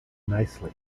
nicely